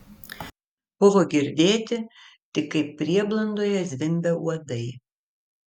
buvo girdėti tik kaip prieblandoje zvimbia uodai